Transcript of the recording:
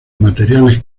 materiales